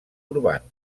urbans